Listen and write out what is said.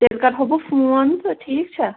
تیٚلہِ کَرہو بہٕ فون تہٕ ٹھیٖک چھا